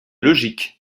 logique